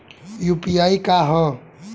UPI का ह?